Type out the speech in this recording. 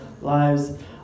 lives